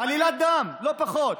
עלילת דם, לא פחות.